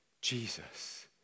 Jesus